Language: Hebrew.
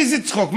איזה צחוק.